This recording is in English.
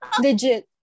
Digit